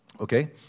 Okay